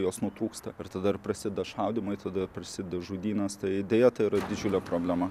jos nutrūksta ir tada prasideda šaudymai tada prasideda žudynės tai deja tai yra didžiulė problema